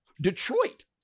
Detroit